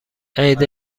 عید